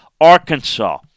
Arkansas